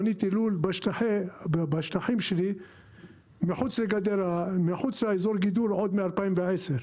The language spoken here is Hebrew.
בניתי לול בשטחים שלי מחוץ לאזור גידול עוד מ-2010.